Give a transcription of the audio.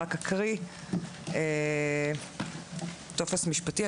רק אקרא טופס משפטי.